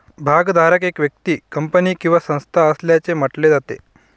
भागधारक एक व्यक्ती, कंपनी किंवा संस्था असल्याचे म्हटले जाते